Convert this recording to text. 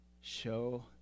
show